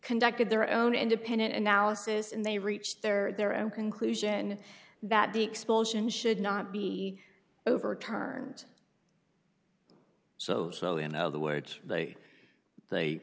conducted their own independent analysis and they reached their their own conclusion that the expulsion should not be overturned so so in other words they